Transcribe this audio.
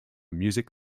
music